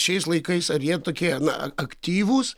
šiais laikais ar jie tokie na ak aktyvūs